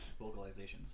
vocalizations